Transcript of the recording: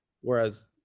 Whereas